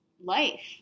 life